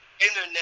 internet